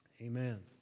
Amen